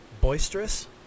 boisterous